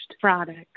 products